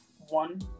one